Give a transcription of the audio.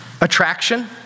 attraction